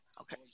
Okay